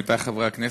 עמיתי חברי הכנסת,